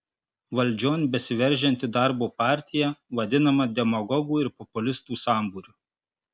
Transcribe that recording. valdžion besiveržianti darbo partija vadinama demagogų ir populistų sambūriu